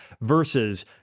versus